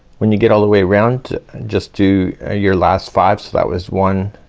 when you get all the way around just do a year last five. so that was one,